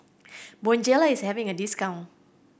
Bonjela is having a discount